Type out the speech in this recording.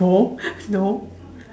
no no